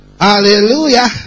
Hallelujah